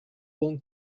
born